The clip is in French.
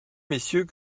messieurs